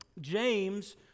James